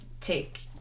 take